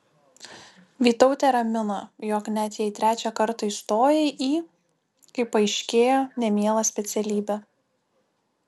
vytautė ramina jog net jei trečią kartą įstojai į kaip paaiškėjo nemielą specialybę